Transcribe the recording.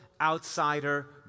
outsider